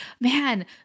man